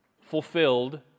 fulfilled